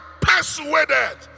persuaded